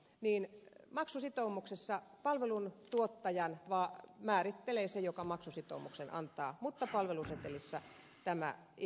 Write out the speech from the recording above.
niini maksusitoumuksessa palvelun tuottajan vaan määrittelee se joka maksusitoumuksen antaa mutta palvelusetelissä tämä itse asiakas